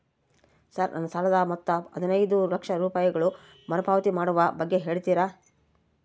Sir ನನ್ನ ಸಾಲದ ಮೊತ್ತ ಹದಿನೈದು ಲಕ್ಷ ರೂಪಾಯಿಗಳು ಮರುಪಾವತಿ ಮಾಡುವ ಬಗ್ಗೆ ಹೇಳ್ತೇರಾ?